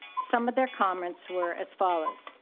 some of their comments were as follows.